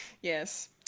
Yes